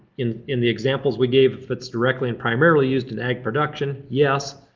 in in the examples we gave, if it's directly and primarily used in ag production, yes,